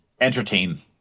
entertain